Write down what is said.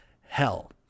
hell